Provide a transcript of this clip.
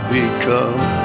become